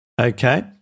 Okay